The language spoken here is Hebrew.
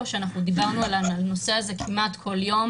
שאנחנו דיברנו על הנושא הזה כמעט כל יום,